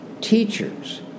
teachers